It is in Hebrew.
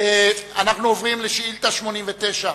אנחנו עוברים לשאילתא 89: